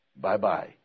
Bye-bye